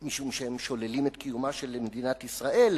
משום שהם שוללים את קיומה של מדינת ישראל,